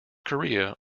korea